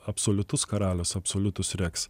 absoliutus karalius absoliutus reks